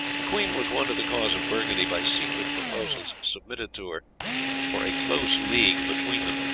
the queen was won to the cause of burgundy by secret proposals submitted to her for a close league between them,